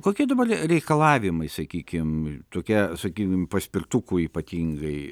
kokie dabar reikalavimai sakykim tokia sakykim paspirtukų ypatingai